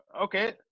okay